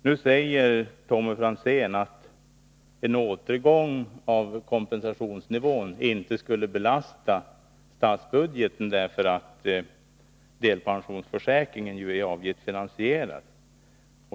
Nu säger Tommy Franzén att en återgång till den tidigare kompensationsnivån inte skulle belasta statsbudgeten, eftersom delpensionsförsäkringen är avgiftsfinansierad.